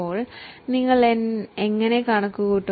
നിങ്ങൾ ഡിപ്രീസിയേഷൻ എങ്ങനെ കണക്കിടും